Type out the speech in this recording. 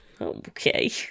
Okay